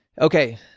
Okay